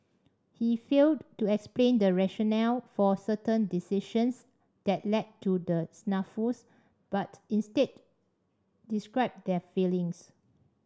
he failed to explain the rationale for certain decisions that led to the snafus but instead described their failings